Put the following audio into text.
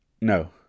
no